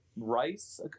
Rice